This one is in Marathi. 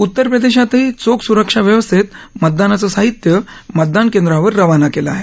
उत्तरप्रदेशातही चोख सुरक्षा व्यवस्थेत मतदानाचं साहित्य मतदान केंद्रांवर रवाना केलं आहे